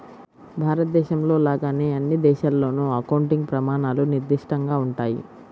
భారతదేశంలో లాగానే అన్ని దేశాల్లోనూ అకౌంటింగ్ ప్రమాణాలు నిర్దిష్టంగా ఉంటాయి